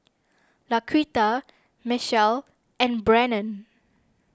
Laquita Mechelle and Brannon